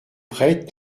prêtre